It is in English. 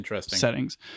settings